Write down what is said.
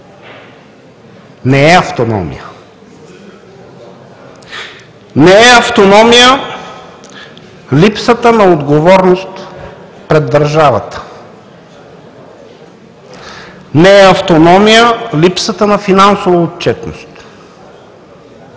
не е автономия. Не е автономия липсата на отговорност пред държавата, не е автономия липсата на финансова отчетност,